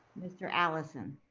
mr. allison?